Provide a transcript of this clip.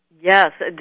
Yes